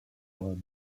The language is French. arabe